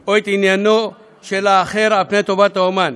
או את עניינו של אחר על-פני טובת האמן,